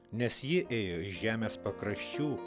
nes ji ėjo iš žemės pakraščių